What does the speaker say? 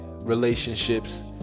relationships